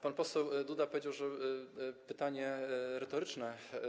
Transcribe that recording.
Pan poseł Duda powiedział, że zadaje pytanie retoryczne.